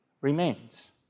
remains